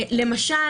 למשל